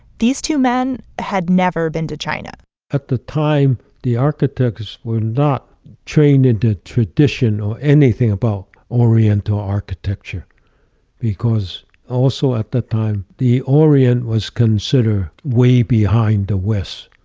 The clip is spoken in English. these two men had never been to china at the time, the architects were not trained into tradition or anything about oriental architecture because also at the time the orient was considered way behind the west.